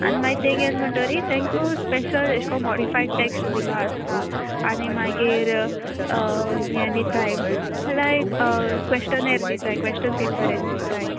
आनी मागीर तें गेलें म्हणटोरी तांकां स्पेशल एशें कोन्न मोडिफायड टॅक्स्ट दिलो आसता आनी मागीर हें दिताय लायक क्वेशन एर दिताय क्वेशन पेपर एशे दिताय